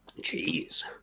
Jeez